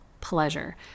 pleasure